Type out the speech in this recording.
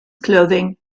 clothing